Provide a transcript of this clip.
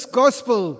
gospel